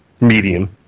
medium